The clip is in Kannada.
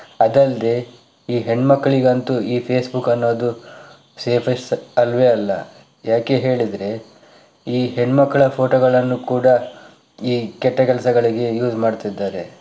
ಅದಲ್ಲದೆ ಈ ಹೆಣ್ಣುಮಕ್ಕಳಿಗಂತೂ ಈ ಫೇಸ್ಬುಕ್ ಅನ್ನೋದು ಸೇಫೆಸ್ಟ್ ಅಲ್ಲವೇ ಅಲ್ಲ ಯಾಕೆ ಹೇಳಿದರೆ ಈ ಹೆಣ್ಣುಮಕ್ಕಳ ಫೋಟೋಗಳನ್ನು ಕೂಡ ಈ ಕೆಟ್ಟ ಕೆಲಸಗಳಿಗೆ ಯೂಸ್ ಮಾಡ್ತಿದ್ದಾರೆ